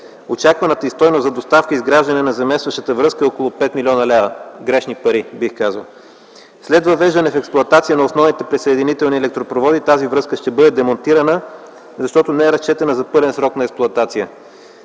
Очакваната стойност за доставка и изграждане на заместващата връзка е около 5 млн. лв. – грешни пари, бих казал. След въвеждане в експлоатация на основните присъединителни електропроводи тази връзка ще бъде демонтирана, защото не е разчетена за пълен срок на експлоатация.